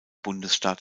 bundesstaat